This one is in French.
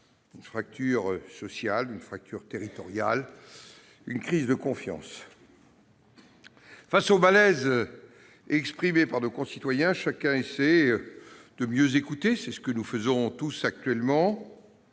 : fracture sociale et fracture territoriale, mais aussi crise de confiance. Face au malaise exprimé par nos concitoyens, chacun essaie de mieux écouter. C'est ce que nous faisons tous actuellement